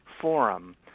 forum